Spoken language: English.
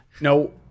no